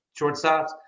shortstops